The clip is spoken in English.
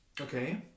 Okay